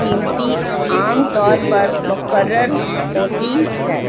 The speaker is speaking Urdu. قیمتی عام طور پر مقرر ہوتی ہے